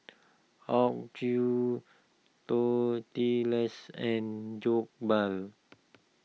Tortillas and Jokbal